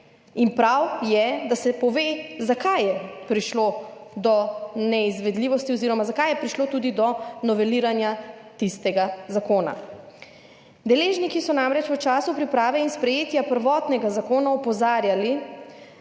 In prav je, da se pove, zakaj je prišlo do neizvedljivosti oziroma zakaj je prišlo tudi do noveliranja tistega zakona? Deležniki so namreč v času priprave in sprejetja prvotnega zakona opozarjali